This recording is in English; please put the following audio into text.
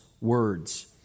words